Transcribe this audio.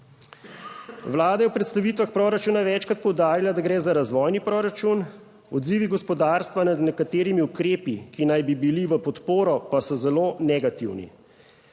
Vlada je v predstavitvah proračuna je večkrat poudarila, da gre za razvojni proračun, odzivi gospodarstva nad nekaterimi ukrepi, ki naj bi bili v podporo, pa so zelo negativni.